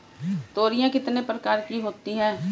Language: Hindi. तोरियां कितने प्रकार की होती हैं?